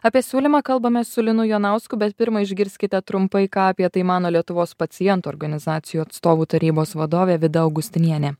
apie siūlymą kalbamės su linu jonausku bet pirma išgirskite trumpai ką apie tai mano lietuvos pacientų organizacijų atstovų tarybos vadovė vida augustinienė